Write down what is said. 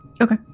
Okay